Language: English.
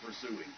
pursuing